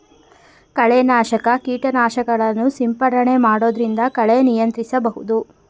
ಕಳೆ ನಾಶಕ ಕೀಟನಾಶಕಗಳನ್ನು ಸಿಂಪಡಣೆ ಮಾಡೊದ್ರಿಂದ ಕಳೆ ನಿಯಂತ್ರಿಸಬಹುದು